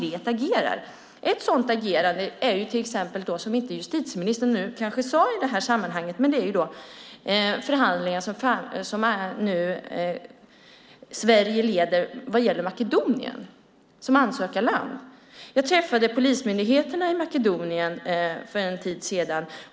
Ett sådant agerande, som justitieministern inte nämnde i detta sammanhang, är till exempel de svenskledda förhandlingarna med Makedonien som ansökarland. Jag träffade polismyndigheterna i Makedonien för en tid sedan.